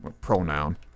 pronoun